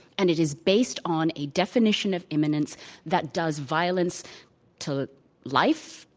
and it is based on a definition of imminence that does violence to life,